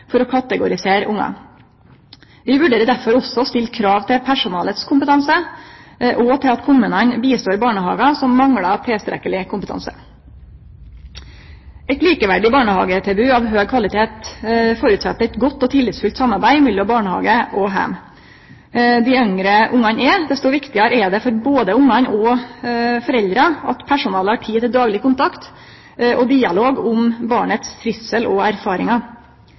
for å kategorisere ungane. Vi vurderer derfor også å stille krav til personalet sin kompetanse og om at kommunane hjelper barnehagar som manglar tilstrekkeleg kompetanse. Eit likeverdig barnehagetilbod av høg kvalitet føreset eit godt og tillitsfullt samarbeid mellom barnehage og heim. Jo yngre ungane er, desto viktigare er det for både ungane og foreldra at personalet har tid til dagleg kontakt og dialog om trivselen og